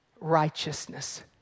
righteousness